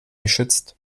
geschützt